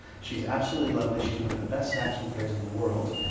she's absolutely lovely. she's one of the best saxophone players in the world.